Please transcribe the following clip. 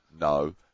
No